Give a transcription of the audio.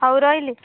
ହଉ ରହିଲି